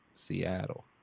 seattle